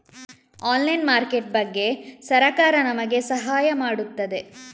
Online market ಬಗ್ಗೆ ಸರಕಾರ ನಮಗೆ ಸಹಾಯ ಮಾಡುತ್ತದೆ?